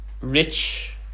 rich